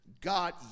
God